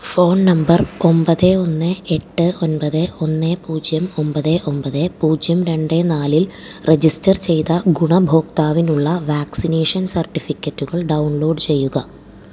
phone number ഒമ്പത് ഒന്ന് എട്ട് ഒൻപത് ഒന്ന് പൂജ്യം ഒമ്പത് ഒമ്പത് പൂജ്യം രണ്ട് നാലിൽ രജിസ്റ്റർ ചെയ്ത ഗുണഭോക്താവിനുള്ള വാക്സിനേഷൻ സർട്ടിഫിക്കറ്റുകൾ ഡൗൺലോഡ് ചെയ്യുക